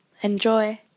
Enjoy